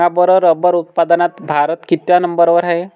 सांगा बरं रबर उत्पादनात भारत कितव्या नंबर वर आहे?